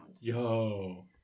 Yo